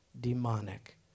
demonic